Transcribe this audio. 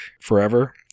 forever